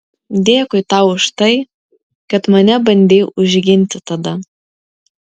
dėkui tau už tai kad mane bandei užginti tada